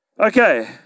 Okay